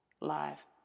live